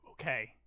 Okay